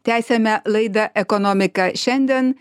teisiame laidą ekonomika šiandien